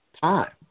time